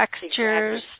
textures